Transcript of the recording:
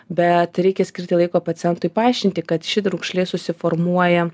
bet reikia skirti laiko pacientui paaiškinti kad ši raukšlė susiformuoja